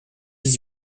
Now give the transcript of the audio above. dix